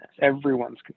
everyone's